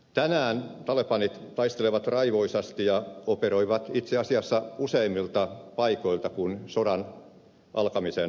tänään talebanit taistelevat raivoisasti ja operoivat itse asiassa useammilta paikoilta kuin sodan alkamisen jälkeen